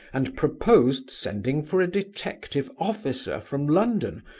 and proposed sending for a detective officer from london,